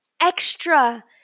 extra